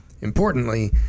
importantly